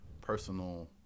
personal